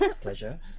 Pleasure